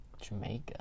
Jamaica